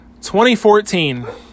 2014